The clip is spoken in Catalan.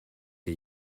que